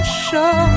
show